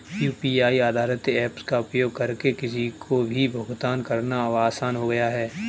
UPI आधारित apps का उपयोग करके किसी को भी भुगतान करना अब आसान हो गया है